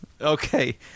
Okay